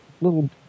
little